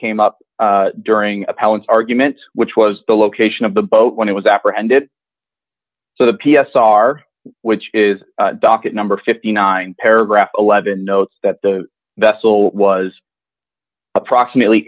came up during palin's argument which was the location of the boat when he was apprehended so the p s r which is docket number fifty nine paragraph eleven notes that the vessel was approximately